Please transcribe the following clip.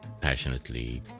passionately